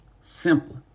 Simple